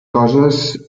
coses